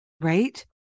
Right